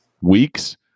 weeks